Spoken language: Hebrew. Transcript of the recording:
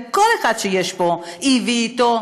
וכל אחד פה הביא איתו